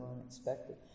unexpected